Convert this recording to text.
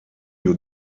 you